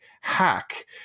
hack